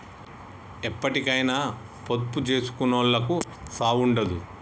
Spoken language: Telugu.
ఎప్పటికైనా పొదుపు జేసుకునోళ్లకు సావుండదు